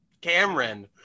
Cameron